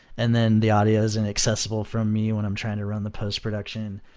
and then, the audio is inaccessible from me when i'm trying to run the post-production.